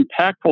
impactful